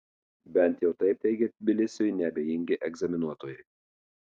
bent jau taip teigia tbilisiui neabejingi egzaminuotojai